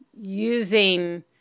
using